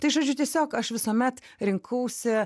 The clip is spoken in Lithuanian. tai žodžiu tiesiog aš visuomet rinkausi